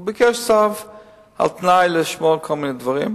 הוא ביקש צו על-תנאי לשמור על כל מיני דברים.